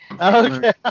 Okay